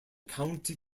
county